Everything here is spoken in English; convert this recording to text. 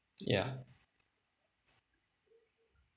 yeah